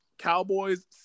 Cowboys